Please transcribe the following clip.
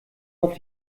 auf